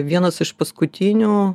vienas iš paskutinių